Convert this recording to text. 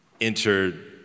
entered